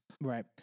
Right